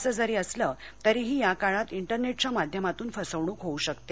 असं जरी असलं तरीही याकाळात इंटरनेटच्या माध्यमातून फसवणूक होऊ शकते